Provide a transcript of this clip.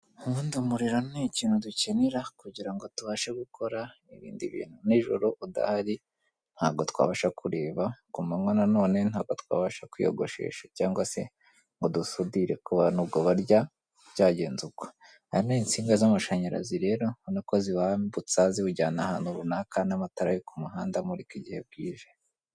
Ubundi umuriro ni ikintu dukenera kugira ngo tubashe gukora ibindi bintu n'ijoro udahari ntabwo twabasha kureba, ku manywa nanone ntabwo twabasha kwiyogoshesha cyangwa se ngo dusudire ku bantu ubwo barya byagenze .Aha ni insinga z'amashanyarazi rero urabona ko ziwambutsa ziwujyana ahantu runaka n'amatara yo ku muhanda amurika igihe bwije.